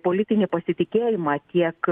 politinį pasitikėjimą tiek